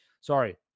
Sorry